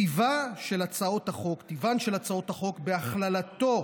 טיבן של הצעות החוק הוא הכללתו